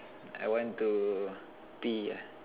I want to pee ah